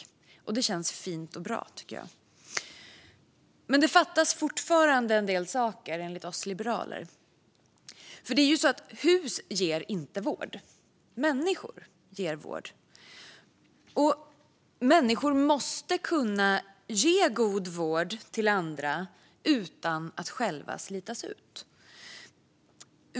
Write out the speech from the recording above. Det tycker jag känns fint och bra. Det fattas dock fortfarande en del saker, enligt oss liberaler. Så här är det: Hus ger inte vård, utan människor ger vård. Och människor måste kunna ge god vård till andra utan att själva slitas ut.